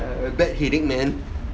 a bad headache man